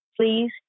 Please